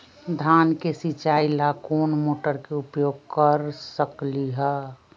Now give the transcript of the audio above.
धान के सिचाई ला कोंन मोटर के उपयोग कर सकली ह?